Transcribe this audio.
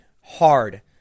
hard